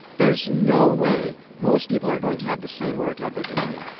there's no way most people are going to have the same work ethic as me.